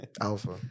alpha